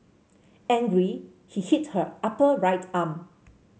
angry he hit her upper right arm